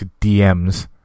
DMs